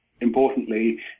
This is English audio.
importantly